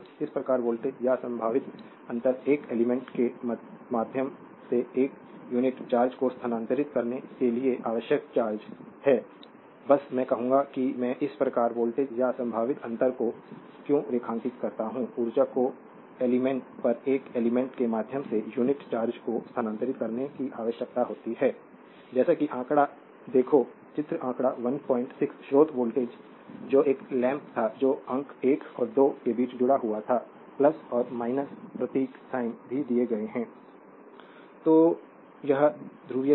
तो इस प्रकार वोल्टेज या संभावित अंतर एक एलिमेंट के माध्यम से एक यूनिट चार्ज को स्थानांतरित करने के लिए आवश्यक ऊर्जा है बस मैं कहूंगा कि मैं इस प्रकार वोल्टेज या संभावित अंतर को क्यों रेखांकित करता हूं ऊर्जा को एलिमेंट पर एक एलिमेंट के माध्यम से यूनिट चार्ज को स्थानांतरित करने की आवश्यकता होती है जैसे कि आंकड़ा देखो चित्रा आंकड़ा 16 स्रोत वोल्टेज जो एक लैंप था जो अंक 1 और 2 के बीच जुड़ा हुआ था और प्रतीक साइन भी दिए गए हैं